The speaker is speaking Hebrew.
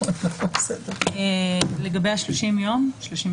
לגבי 30 ימים?